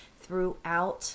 throughout